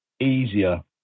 easier